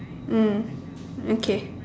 mm okay